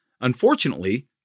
Unfortunately